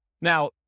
Now